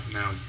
now